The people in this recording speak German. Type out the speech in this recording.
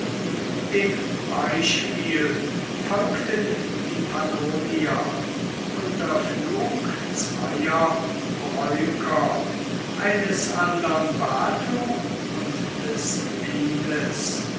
dem beispiel folgten die pannonier unter führung zweier breuker eines anderen bato und des pinnes